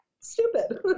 stupid